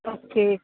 okay